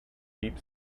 deep